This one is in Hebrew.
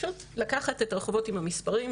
פשוט לקחת את הרחובות עם המספרים,